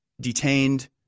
detained